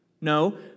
No